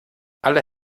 alle